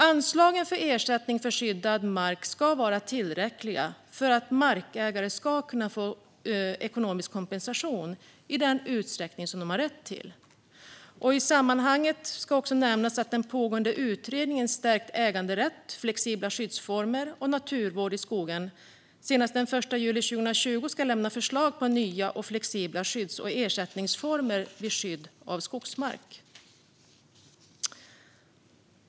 Anslagen för ersättning för skyddad mark ska vara tillräckliga för att markägare ska kunna få ekonomisk kompensation i den utsträckning som de har rätt till. I sammanhanget ska också nämnas att den pågående utredningen Stärkt äganderätt, flexibla skyddsformer och naturvård i skogen senast den 1 juli 2020 ska lämna förslag på nya och flexibla skydds och ersättningsformer vid skydd av skogsmark.